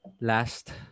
last